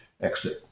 exit